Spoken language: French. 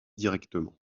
directement